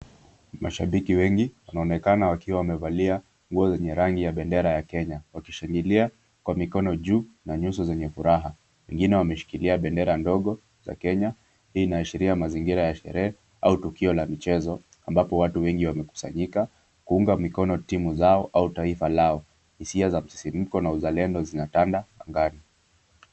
Mashabiki wengi wanaonekana wakiwa wamevalia nguo zenye rangi ya bendera ya kenya wakishangilia kwa mikono juu na nyuso zenye furaha wengine wameshikilia bendera ndogo ya kenya hii inaashiria mazingira ya sherehe au tukio la michezo ambapo watu wengi wamekusanyika kuunga mikono timu zao au taifa lao hisia za msisimuko na uzalendo zinatanda angani.